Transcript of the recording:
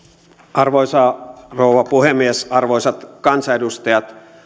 arvoisa rouva puhemies arvoisat kansanedustajat